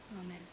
Amen